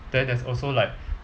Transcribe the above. then there's also like